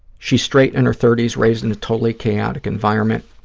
she's straight, in her thirty s, raised in a totally chaotic environment.